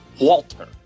Walter